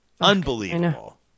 Unbelievable